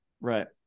right